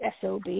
SOB